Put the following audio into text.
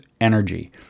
energy